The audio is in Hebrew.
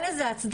אין לזה הצדקה.